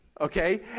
okay